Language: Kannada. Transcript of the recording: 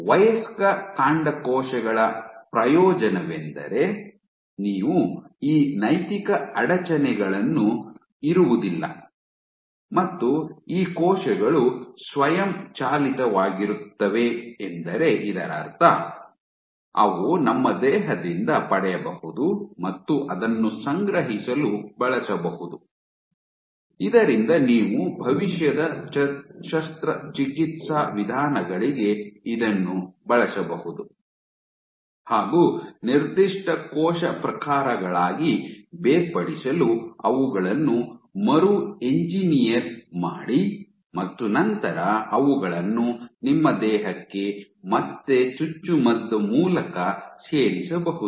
ವಯಸ್ಕ ಕಾಂಡಕೋಶಗಳ ಪ್ರಯೋಜನವೆಂದರೆ ನೀವು ಈ ನೈತಿಕ ಅಡಚಣೆಗಳನ್ನು ಇರುವುದಿಲ್ಲ ಮತ್ತು ಈ ಕೋಶಗಳು ಸ್ವಯಂಚಾಲಿತವಾಗಿರುತ್ತವೆ ಎಂದರೆ ಇದರರ್ಥ ಅವು ನಮ್ಮ ದೇಹದಿಂದ ಪಡೆಯಬಹುದು ಮತ್ತು ಅದನ್ನು ಸಂಗ್ರಹಿಸಲು ಬಳಸಬಹುದು ಇದರಿಂದ ನೀವು ಭವಿಷ್ಯದ ಶಸ್ತ್ರಚಿಕಿತ್ಸಾ ವಿಧಾನಗಳಿಗೆ ಇದನ್ನು ಬಳಸಬಹುದು ಹಾಗು ನಿರ್ದಿಷ್ಟ ಕೋಶ ಪ್ರಕಾರಗಳಾಗಿ ಬೇರ್ಪಡಿಸಲು ಅವುಗಳನ್ನು ಮರು ಎಂಜಿನಿಯರ್ ಮಾಡಿ ಮತ್ತು ನಂತರ ಅವುಗಳನ್ನು ನಿಮ್ಮ ದೇಹಕ್ಕೆ ಮತ್ತೆ ಚುಚ್ಚುಮದ್ದು ಮೂಲಕ ಸೇರಿಸಬಹುದು